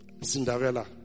Cinderella